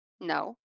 no